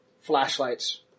flashlights